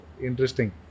Interesting